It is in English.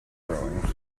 growing